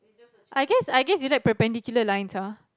I guess I guess you like perpendicular lines ah